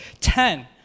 ten